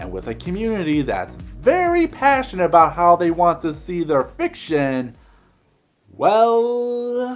and with a community that's very passionate about how they want to see their fiction well,